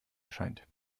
erscheint